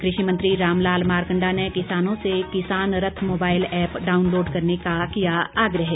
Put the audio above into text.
कृषि मंत्री रामलाल मारकंडा ने किसानों से Kisan Rath mobile app download करने का किया आग्रह